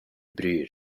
bryr